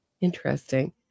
interesting